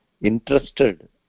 interested